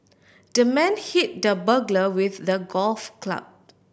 the man hit the burglar with the golf club